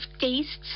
tastes